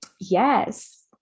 yes